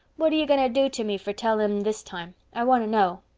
what are you going to do to me for telling them this time? i want to know.